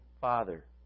Father